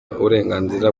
uburenganzira